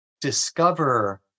Discover